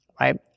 Right